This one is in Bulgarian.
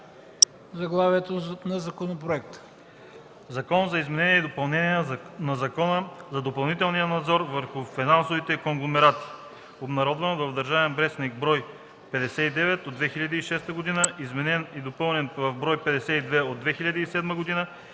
„Закон за изменение и допълнение на Закона за допълнителния надзор върху финансовите конгломерати”, обнародван в „Държавен вестник”, бр. 59 от 2006 г., изменен и допълнен в бр. 52 от 2007 г., бр.